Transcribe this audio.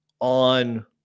on